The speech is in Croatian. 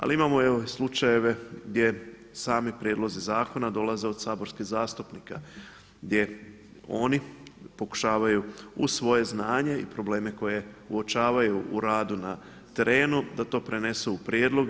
Ali imamo i slučajeve gdje sami prijedlozi zakona dolaze od saborskih zastupnika, gdje oni pokušavaju uz svoje znanje i probleme koje uočavaju u radu na terenu da to prenesu u prijedloge.